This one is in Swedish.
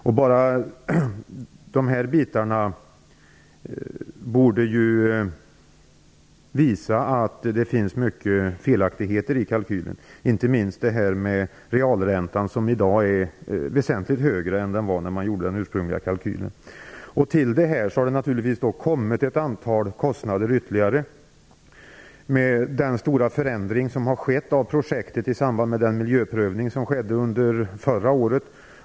Enbart detta visar att det finns många felaktigheter i kalkylen. Realräntan är i dag väsentligt högre än den var när den ursprungliga kalkylen gjordes. Dessutom har det tillkommit ett antal ytterligare kostnader. I samband med den miljöprövning som gjordes under förra året skedde det en stor förändring av projektet.